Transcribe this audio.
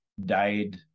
died